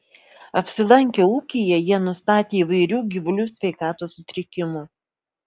apsilankę ūkyje jie nustatė įvairių gyvulių sveikatos sutrikimų